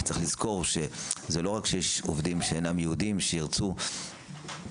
כי צריך לזכור שזה לא רק שיש עובדים שאינם יהודים שירצו לאכול,